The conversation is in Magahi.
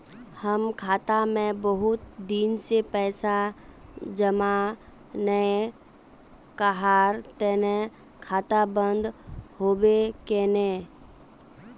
हम खाता में बहुत दिन से पैसा जमा नय कहार तने खाता बंद होबे केने?